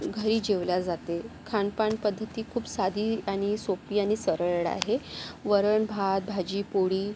घरी जेवले जाते खानपान पद्धती खूप साधी आणि सोपी आणि सरळ आहे वरण भात भाजी पोळी